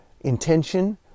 intention